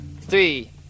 three